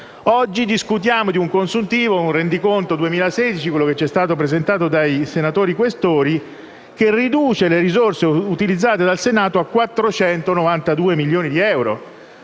oggi discutiamo di un rendiconto 2016, quello che ci è stato presentato dai senatori Questori, che riduce le risorse utilizzate dal Senato a 492 milioni di euro.